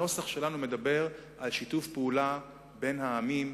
הנוסח שלנו מדבר על שיתוף פעולה בין העמים,